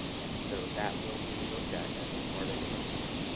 and so that will be looked at as a part of the review.